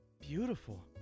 beautiful